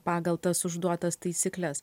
pagal tas užduotas taisykles